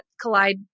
collide